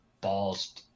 balls